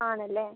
ആണല്ലേ